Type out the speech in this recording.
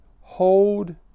hold